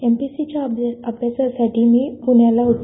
MPSC च्या अभ्यासासाठी मी प्ण्याला होते